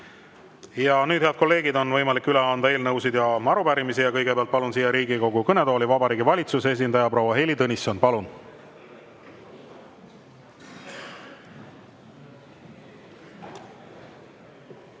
Nüüd, head kolleegid, on võimalik üle anda eelnõusid ja arupärimisi. Kõigepealt palun siia Riigikogu kõnetooli Vabariigi Valitsuse esindaja proua Heili Tõnissoni. Palun!